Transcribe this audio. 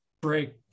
break